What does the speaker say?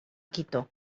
quito